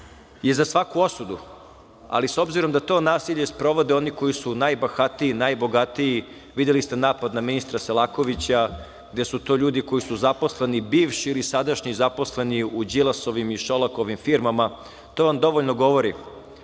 je za svaku osudu. Ali s obzirom, na to nasilje sprovode oni koji su najbahatiji, najbogatiji. Videli ste napad na ministra Selakovića, gde su to ljudi koji su zaposlenik bivši ili sadašnji zaposleni u Đilasovim i Šolakovim firmama. To vam dovoljno govori